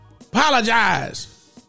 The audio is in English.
Apologize